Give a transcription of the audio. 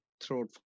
throat